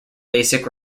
basic